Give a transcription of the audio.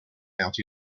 out